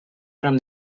from